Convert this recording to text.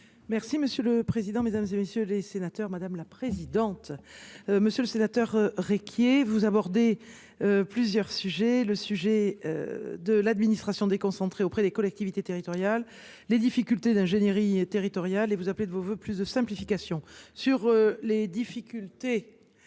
Merci monsieur le président, Mesdames, et messieurs les sénateurs, madame la présidente. Monsieur le sénateur Riquier vous aborder. Plusieurs sujets le sujet. De l'administration déconcentrée auprès des collectivités territoriales, les difficultés d'ingénierie territoriale et vous appelez de vos voeux plus de simplifications sur les difficultés.